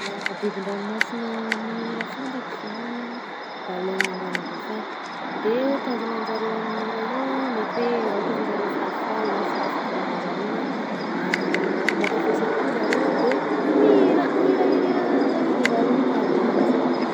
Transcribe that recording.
Bibin-dranomasina mihira fantako zao a: baleine mbanà dauphin, de f- tanjona an'jareo amin'ny hira io a mety hoe raha ohatra zao zareo falifaly na fomba fikoragnan'jareo na moa- moaka fiheseham-po zareo a de mihira mihirahira hira zareo de zareo io mahazo ananjy.